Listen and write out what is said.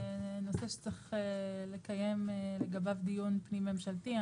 זה נושא שצריך לקיים לגביו דיון פנים ממשלתי.